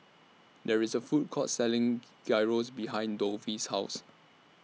There IS A Food Court Selling Gyros behind Dovie's House